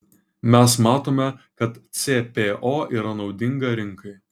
mes matome kad cpo yra naudinga rinkai